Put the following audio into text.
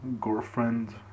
girlfriend